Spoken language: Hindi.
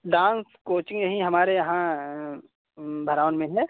डांस कोचिंग यही हमारे यहाँ भरावन में है